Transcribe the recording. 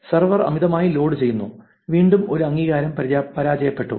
server അമിതമായി ലോഡു ചെയ്യുന്നു വീണ്ടും ഒരു അംഗീകാരം പരാജയപ്പെട്ടു